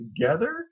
together